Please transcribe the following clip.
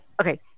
Okay